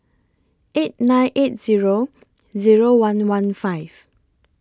eight nine eight Zero Zero one one five